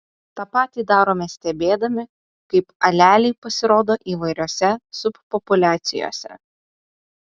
tą patį darome stebėdami kaip aleliai pasirodo įvairiose subpopuliacijose